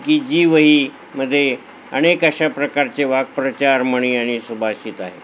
की जी वहीमध्ये अनेक अशा प्रकारचे वाक्प्रचार म्हणी आणि सुभाषित आहे